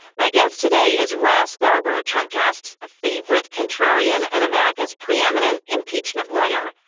my guest today is ross garber trump cast a favorite contrarian and america's preeminent impeachment lawyer.